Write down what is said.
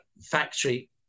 Factory